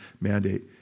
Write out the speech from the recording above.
mandate